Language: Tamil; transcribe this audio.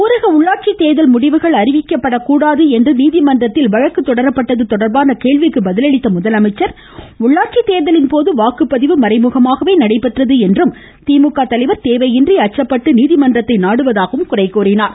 ஊரக உள்ளாட்சித் தேர்தல் முடிவுகள் அறிவிக்கக் கூடாது என்று நீதிமன்றத்தில் வழக்கு தொடரப்பட்டது தொடர்பான கேள்விக்கு பதிலளித்த அவர் உள்ளாட்சித் தேர்தலின் போது வாக்குப்பதிவு மறைமுகமாகவே நடைபெற்றது என்றும் திமுக தலைவா தேவையின்றி அச்சப்பட்டு நீதிமன்றத்தை நாடுவதாகவும் கூறினார்